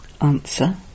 Answer